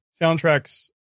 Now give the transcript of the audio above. soundtracks